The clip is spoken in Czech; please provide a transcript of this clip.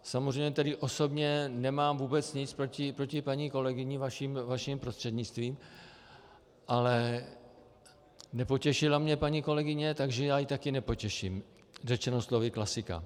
Samozřejmě osobně nemám vůbec nic proti paní kolegyni vaším prostřednictvím, ale nepotěšila mě paní kolegyně, takže já ji také nepotěším, řečeno slovy klasika.